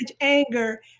anger